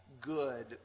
good